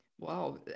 Wow